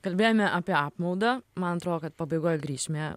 kalbėjome apie apmaudą man atrodo kad pabaigoj grįšime